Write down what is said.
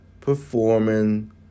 performing